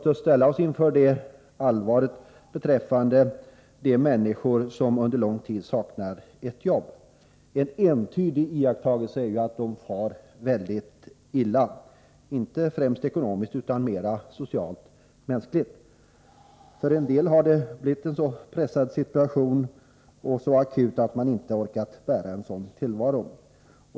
Entydiga iakttagelser ger vid handen att de far mycket illa, inte främst ekonomiskt men socialt och mänskligt. För en del har situationen blivit så pressad att de inte har orkat bära den.